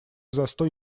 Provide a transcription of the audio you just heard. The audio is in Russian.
застой